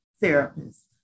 therapist